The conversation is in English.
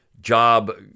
job